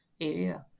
area